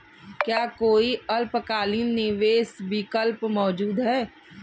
क्या कोई अल्पकालिक निवेश विकल्प मौजूद है?